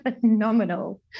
phenomenal